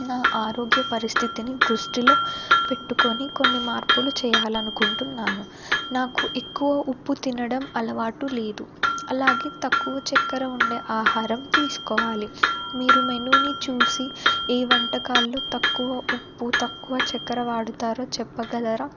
నా ఆరోగ్య పరిస్థితిని దృష్టిలో పెట్టుకొని కొన్ని మార్పులు చేయాలనుకుంటున్నాను నాకు ఎక్కువ ఉప్పు తినడం అలవాటు లేదు అలాగే తక్కువ చక్కెర ఉండే ఆహారం తీసుకోవాలి మీరు మెనూని చూసి ఏ వంటకాల్లో తక్కువ ఉప్పు తక్కువ చక్కెర వాడుతారో చెప్పగలరా